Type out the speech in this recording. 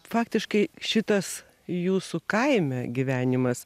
faktiškai šitas jūsų kaime gyvenimas